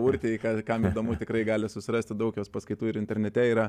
urtei ka kam įdomu tikrai gali susirasti daug jos paskaitų ir internete yra